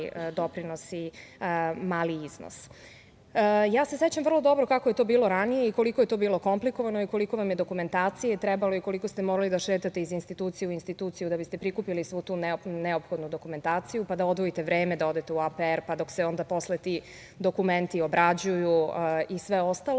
doprinos i mali iznos. Ja se sećam vrlo dobro, kako je to bilo ranije i koliko je to bilo komplikovano, koliko vam je dokumentacije trebalo i koliko ste morali da šetate iz institucije u instituciju, da bi ste prikupili svu tu neophodnu dokumentaciju, pa da odvojite vreme da odete u APR, pa dok se onda posle ti dokumenti obrađuju i sve ostalo,